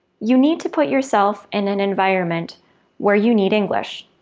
you need to put yourself in an environment where you need english,